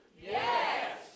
Yes